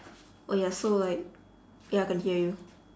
oh ya so right ya I can hear you